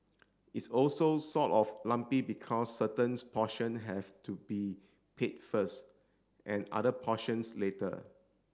it's also sort of lumpy because certains portions have to be paid first and other portions later